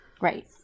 Right